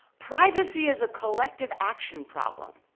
privacy is a collection action problem.